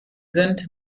sind